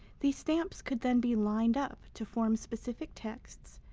these stamps could then be lined up to form specific texts,